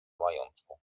majątku